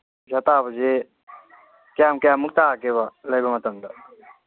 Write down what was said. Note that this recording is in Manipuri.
ꯄꯩꯁꯥ ꯇꯥꯕꯁꯦ ꯀ꯭ꯌꯥꯝ ꯀ꯭ꯌꯥꯝꯃꯨꯛ ꯇꯥꯒꯦꯕ ꯂꯩꯕ ꯃꯇꯝꯗ